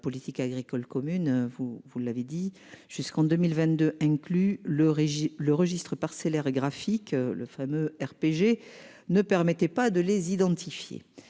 la politique agricole commune. Vous, vous l'avez dit jusqu'en 2022 inclus le régime le registre parcellaire graphique le fameux RPG ne permettait pas de les identifier.